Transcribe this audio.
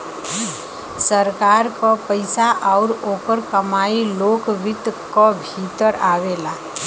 सरकार क पइसा आउर ओकर कमाई लोक वित्त क भीतर आवेला